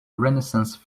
renaissance